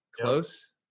close